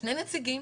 שני נציגים